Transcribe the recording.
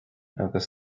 agus